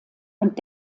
und